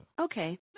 Okay